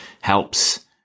helps